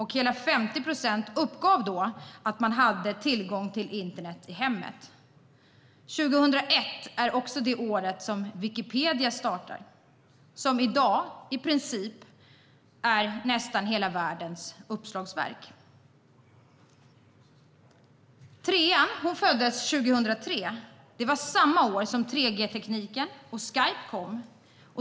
Hela 50 procent uppgav då att de hade tillgång till internet i hemmet. Det var också 2001 som Wikipedia startade, som i dag i princip är nästan hela världens uppslagsverk. Mitt tredje barn föddes 2003. Det var samma år som 3G-tekniken och Skype kom.